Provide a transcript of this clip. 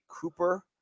Cooper